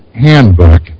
handbook